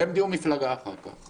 הם נהיו מפלגה אחר כך.